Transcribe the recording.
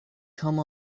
come